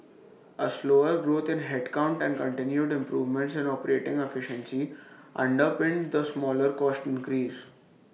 A slower growth in headcount and continued improvements in operating efficiency underpinned the smaller cost increase